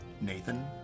Nathan